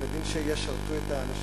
מן הדין שישרתו את האנשים.